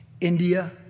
India